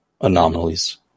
anomalies